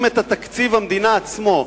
אם תקציב המדינה עצמו,